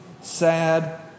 sad